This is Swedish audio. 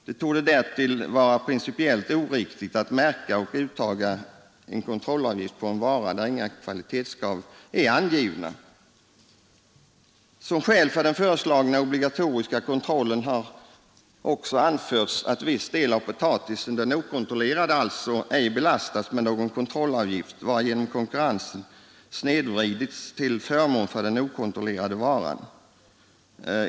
Det torde därtill vara principiellt oriktigt att märka och uttaga en kontrollavgift på en vara där inga kvalitetskrav är angivna. Som skäl för den föreslagna obligatoriska kontrollen har också anförts att viss del av potatisen — den okontrollerade — ej belastas med någon kontrollavgift, varigenom konkurrensen snedvridits till förmån för den okontrollerade varan.